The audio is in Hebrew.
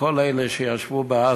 כלפי כל אלה שישבו בעזה,